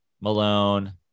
Malone